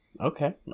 Okay